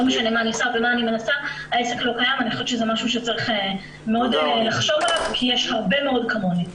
אני חושבת שזה משהו שצריך מאוד לחשוב עליו כי יש הרבה מאוד כמוני.